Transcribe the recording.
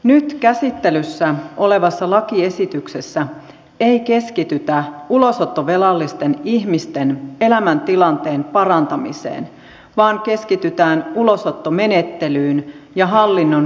nyt käsittelyssä olevassa lakiesityksessä ei keskitytä ulosottovelallisten ihmisten elämäntilanteen parantamiseen vaan keskitytään ulosottomenettelyyn ja hallinnon kustannussäästöihin